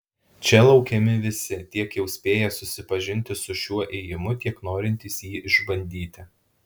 čia laukiami visi tiek jau spėję susipažinti su šiuo ėjimu tiek norintys jį išbandyti